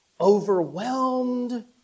overwhelmed